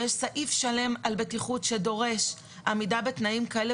יש סעיף שלם על בטיחות שדורש עמידה בתנאים כאלה